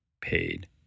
Paid